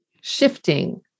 shifting